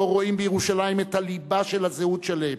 רואים בירושלים את הליבה של הזהות שלהם,